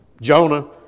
Jonah